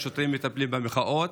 השוטרים מטפלים במחאות.